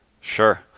Sure